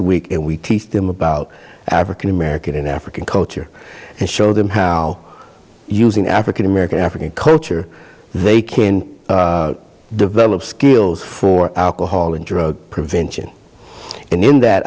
a week and we teach them about african american african culture and show them how using african american african culture they can develop skills for alcohol and drug prevention in that